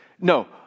No